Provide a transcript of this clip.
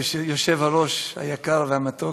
אדוני היושב-ראש היקר והמתוק,